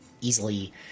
Easily